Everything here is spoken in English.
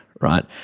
right